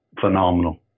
phenomenal